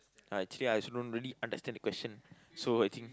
I actually I also don't really understand the question so I think